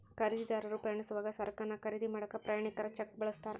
ಖರೇದಿದಾರರು ಪ್ರಯಾಣಿಸೋವಾಗ ಸರಕನ್ನ ಖರೇದಿ ಮಾಡಾಕ ಪ್ರಯಾಣಿಕರ ಚೆಕ್ನ ಬಳಸ್ತಾರ